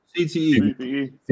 CTE